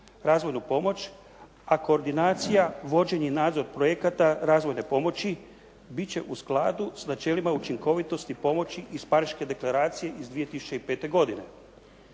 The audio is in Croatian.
razvojnu pomoć, a koordinacija, vođenje i nadzor projekata razvojne pomoći bit će u skladu s načelima učinkovitosti pomoći iz Pariške deklaracije iz 2005. godine.